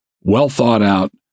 well-thought-out